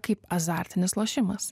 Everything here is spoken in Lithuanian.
kaip azartinis lošimas